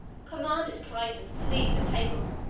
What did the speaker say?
commanded clitus to leave the table.